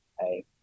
hey